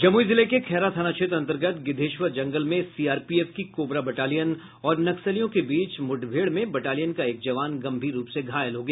जमुई जिले के खैरा थाना क्षेत्र अंतर्गत गिद्वेश्वर जंगल में सीआरपीएफ की कोबरा बटालियन और नक्सलियों के बीच मूठभेड़ में बटालियन का एक जवान गंभीर रूप से घायल हो गया